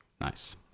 Nice